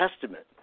testament